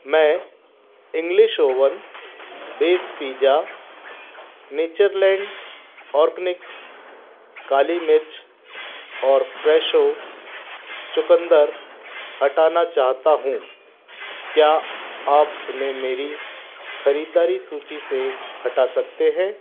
मैं English oven base pizza Natureland organics काली मिर्च और फ़्रेशो चुकंदर हटाना चाहता हूँ क्या आप उन्हें मेरी ख़रीदारी सूची से हटा सकते हैं